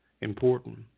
important